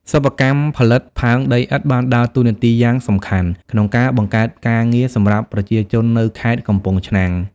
សិប្បកម្មផលិតផើងដីឥដ្ឋ បានដើរតួនាទីយ៉ាងសំខាន់ក្នុងការបង្កើតការងារ សម្រាប់ប្រជាជននៅខេត្តកំពង់ឆ្នាំង។